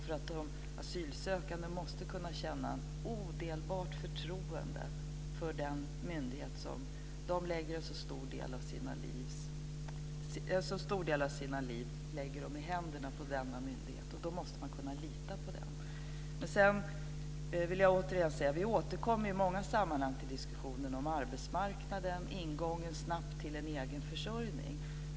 De asylsökande måste kunna känna ett odelat förtroende för den myndighet i vars händer de lägger en så stor del av sina liv. Då måste de kunna lita på den. Sedan vill jag återigen säga att vi i många sammanhang återkommer till diskussionen om arbetsmarknaden och en snabb ingång till en egen försörjning.